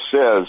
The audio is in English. says